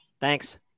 Thanks